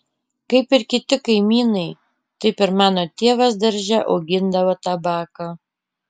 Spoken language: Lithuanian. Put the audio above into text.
kaip ir kiti kaimynai taip ir mano tėvas darže augindavo tabaką